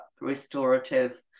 restorative